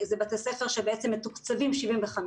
אלה בתי ספר שמתוקצבים 75%